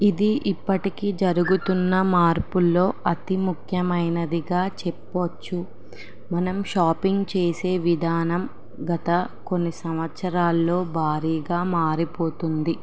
ఇది ఇప్పటికీ జరుగుతున్న మార్పుల్లో అతి ముఖ్యమైనదిగా చెప్పవచ్చు మనం షాపింగ్ చేసే విధానం గత కొన్ని సంవత్సరాల్లో భారీగా మారిపోతుంది